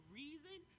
reason